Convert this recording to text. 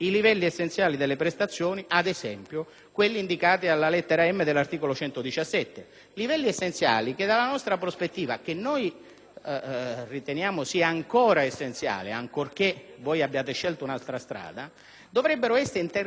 (ad esempio di quelle indicate alla lettera *m)* dell'articolo 117). Sono livelli che dalla nostra prospettiva noi riteniamo siano ancora essenziali, ancorché voi abbiate scelto un'altra strada, e che dovrebbero essere completamente finanziati dallo Stato.